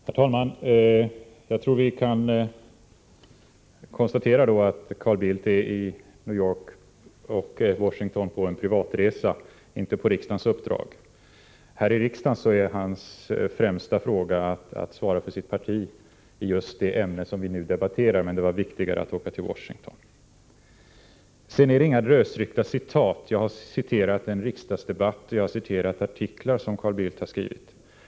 Herr talman! Jag tror att vi då kan konstatera att Carl Bildt är i New York och Washington på en privatresa, inte på riksdagens uppdrag. Här i riksdagen är hans främsta uppgift att svara för sitt parti i just det ämne vi nu debatterar, men det var alltså viktigare att åka till Washington. Jag har inte anfört några lösryckta citat. Jag har citerat från en riksdagsdebatt, och jag har citerat artiklar som Carl Bildt har skrivit.